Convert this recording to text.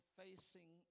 facing